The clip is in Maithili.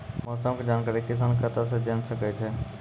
मौसम के जानकारी किसान कता सं जेन सके छै?